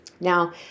Now